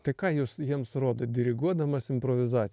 tai ką jūs jiem rodot diriguodamas improvizac